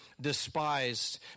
despised